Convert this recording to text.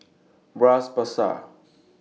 Bras Basah